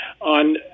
on